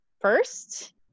first